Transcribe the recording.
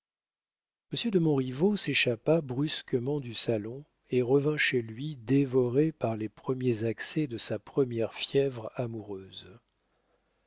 monsieur de montriveau s'échappa brusquement du salon et revint chez lui dévoré par les premiers accès de sa première fièvre amoureuse